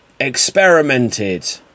experimented